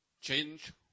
Change